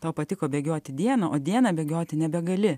tau patiko bėgioti dieną o dieną bėgioti nebegali